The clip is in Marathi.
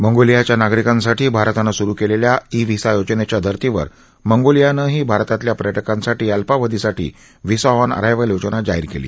मंगोलियाच्या नागरिकांसाठी भारतानं स्रू केलेल्या ई व्हिसा योजनेच्या धर्तीवर मंगोलियानंही भारतातल्या पर्यटकांसाठी अल्पावधीसाठी व्हिसा ऑन अराइवल योजना जाहीर केली